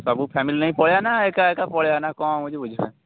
ସବୁ ଫ୍ୟାମିଲି ନେଇକି ପଳାଇବା ନା ଏକା ଏକା ପଳାଇବା ନାଁ କ'ଣ ମୁଁ କିଛି ବୁଝିପାରୁନି